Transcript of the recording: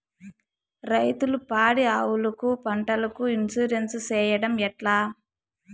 రైతులు పాడి ఆవులకు, పంటలకు, ఇన్సూరెన్సు సేయడం ఎట్లా?